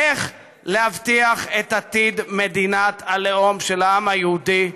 איך להבטיח את עתיד מדינת הלאום של העם היהודי,